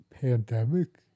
Pandemic